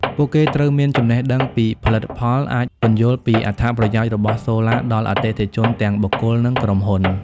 ពួកគេត្រូវមានចំណេះដឹងពីផលិតផលអាចពន្យល់ពីអត្ថប្រយោជន៍របស់សូឡាដល់អតិថិជន ទាំងបុគ្គល និងក្រុមហ៊ុន។